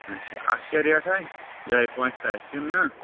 اچھا اتھ کیاہ ریٹھا یِہٕے پانٛژِ ساسہِ کِنہٕ نہ